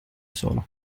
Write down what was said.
solo